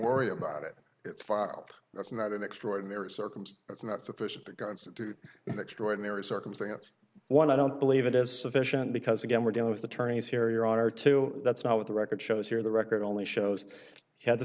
worry about it it's far that's not an extraordinary circumstance it's not sufficient that guns in extraordinary circumstance one i don't believe it is sufficient because again we're dealing with attorneys here your honor too that's not what the record shows here the record only shows how the